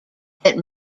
that